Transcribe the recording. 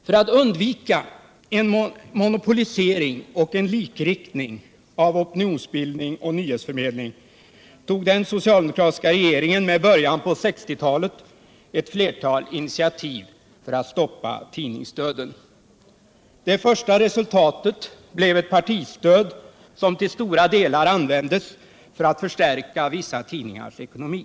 För att undvika en monopolisering och likriktning av opinionsbildning och nyhetsförmedling tog den socialdemokratiska regeringen med början på 1960-talet ett flertal initiativ för att stoppa tidningsdöden. Det första resultatet blev ett partistöd som till stora delar användes för att förstärka vissa tidningars ekonomi.